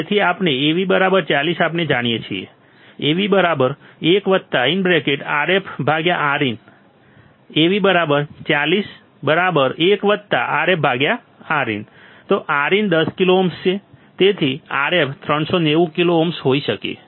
તેથી આપેલ Av 40 આપણે જાણીએ છીએ Av1RfRin Av401RfRin Rin 10 kilo ohm છે તેથી Rf 390 કિલો ઓહ્મ હોઈ શકે છે